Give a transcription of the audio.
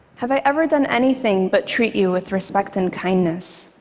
have i ever done anything but treat you with respect and kindness?